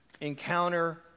encounter